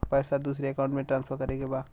पैसा दूसरे अकाउंट में ट्रांसफर करें के बा?